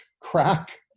crack